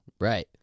Right